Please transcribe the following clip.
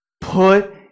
put